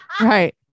Right